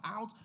out